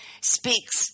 speaks